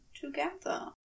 together